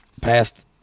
passed